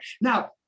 Now